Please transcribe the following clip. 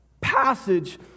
passage